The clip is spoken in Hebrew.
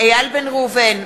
איל בן ראובן,